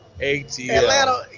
Atlanta